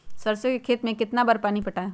सरसों के खेत मे कितना बार पानी पटाये?